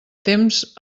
temps